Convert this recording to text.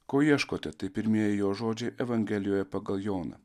ko ieškote tai pirmieji jo žodžiai evangelijoje pagal joną